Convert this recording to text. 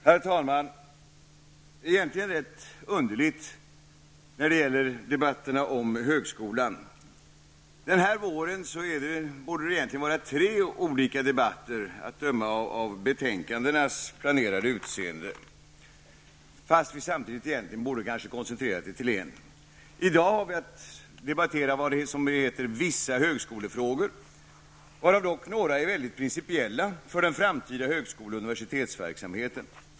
Herr talman! Det är något rätt underligt när det gäller debatterna om högskolan. Den här våren borde det egentligen vara tre olika debatter att döma av betänkandenas planerade utseenden, fast vi borde kanske koncentrera oss till en. I dag har vi att debattera vad som kallas för vissa högskolefrågor, varav dock några är rätt principiella för den framtida högskole och universitetsverksamheten.